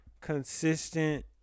consistent